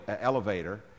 elevator